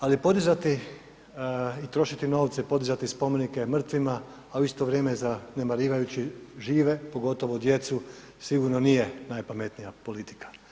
Ali podizati i trošiti novce i podizati spomenike mrtvima, a u isto vrijeme zanemarivajući žive, pogotovo djecu, sigurno nije najpametnija politika.